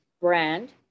brand